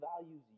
values